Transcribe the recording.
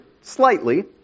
slightly